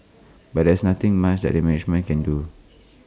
but there's nothing much that the management can do